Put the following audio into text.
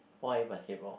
why basketball